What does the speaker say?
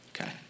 Okay